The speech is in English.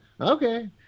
okay